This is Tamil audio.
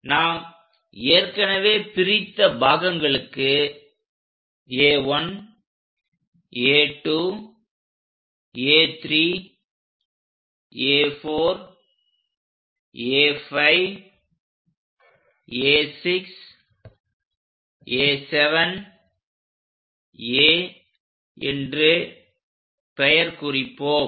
நாம் ஏற்கனவே பிரித்த பாகங்களுக்கு A1 A2 A3 A4 A5A 6 A7 என்று பெயர் குறிப்போம்